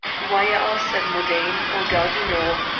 wire us at modane or gare du nord.